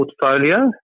portfolio